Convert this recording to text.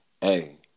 Hey